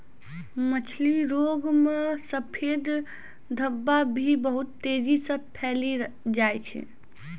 मछली रोग मे सफेद धब्बा भी बहुत तेजी से फैली जाय छै